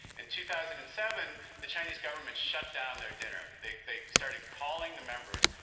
in two thousand and seven, the chinese government shut down their dinner. they started calling the members.